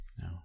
No